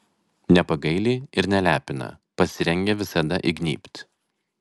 nepagaili ir nelepina pasirengę visada įgnybt